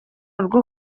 rwo